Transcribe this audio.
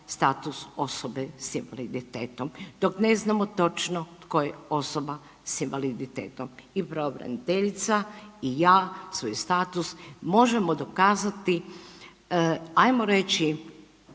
status osobe s invaliditetom. Dok ne znamo točno tko je osoba s invaliditetom i pravobraniteljica i ja svoj status možemo dokazati, ajmo reći,